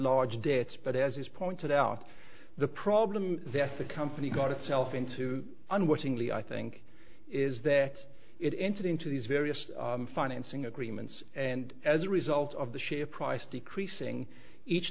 large debts but as is pointed out the problem that the company got itself into unwittingly i think is that it entered into these various financing agreements and as a result of the share price decreasing each